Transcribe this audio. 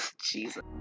Jesus